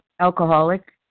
alcoholic